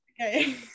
Okay